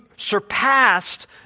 surpassed